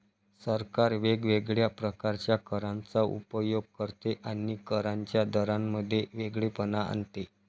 सरकार वेगवेगळ्या प्रकारच्या करांचा उपयोग करते आणि करांच्या दरांमध्ये वेगळेपणा आणते